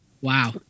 Wow